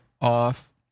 off